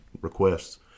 requests